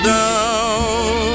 down